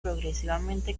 progresivamente